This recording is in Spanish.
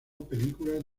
películas